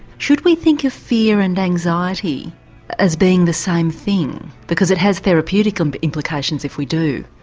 should we think of fear and anxiety as being the same thing because it has therapeutic um but implications if we do?